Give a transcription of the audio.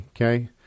okay